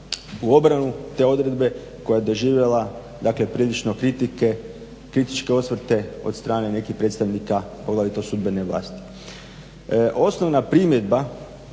u obranu te odredbe koja je doživjela prilično kritičke osvrte od strane nekih predstavnika poglavito sudbene vlasti. Osnovna primjedba